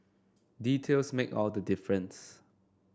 details make all the difference